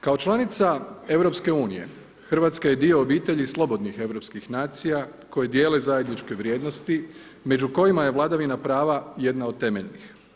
Kao članica EU Hrvatska je dio obitelji slobodnih europskih nacija koji dijele zajedničke vrijednosti među kojima je vladavina prva jedna od temeljnih.